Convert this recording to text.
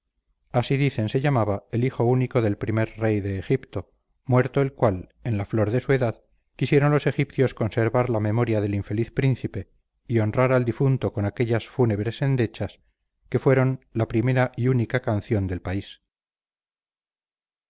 así dicen se llamaba el hijo único del primer rey de egipto muerto el cual en la flor de su edad quisieron los egipcios conservar la memoria del infeliz príncipe y honrar al difunto con aquellas fúnebres endechas que fueron la primera y única canción del país